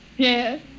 Yes